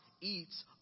eats